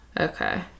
Okay